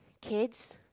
kids